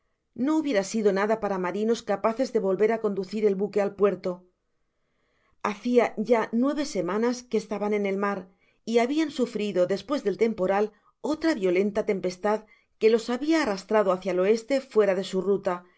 no hubiera sido nada para marinos capaces de volver a conducir el buque al puerto hacia ya nueve semanas que estaban en el mar y habian sufrido despues del temporal otra violenta tempestad que los habia arrastrado bácia el oeste fuera de su ruta